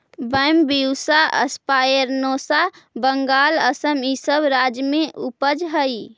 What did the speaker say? Bambusa spinosa Bengal, Assam इ सब राज्य में उपजऽ हई